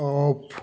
of